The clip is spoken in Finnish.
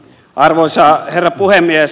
arvoisa herra puhemies